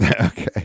Okay